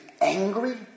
angry